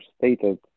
stated